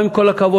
גם עם כל הכבוד,